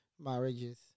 marriages